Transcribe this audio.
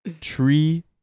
Tree